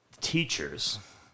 teachers